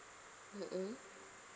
mm mm